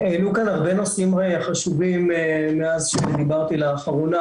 העלו כאן הרבה נושאים חשובים מאז שדיברתי לאחרונה,